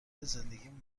زندگیم